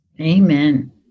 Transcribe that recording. Amen